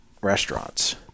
restaurants